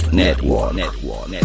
network